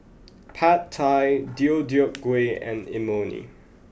Pad Thai Deodeok Gui and Imoni